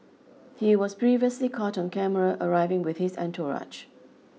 he was previously caught on camera arriving with his entourage